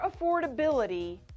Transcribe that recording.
affordability